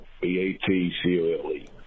B-A-T-C-O-L-E